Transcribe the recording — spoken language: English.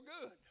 good